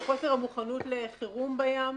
על חוסר המוכנות לחירום בים,